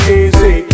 easy